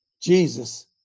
Jesus